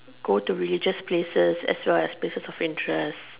go to religious places as well as places of interest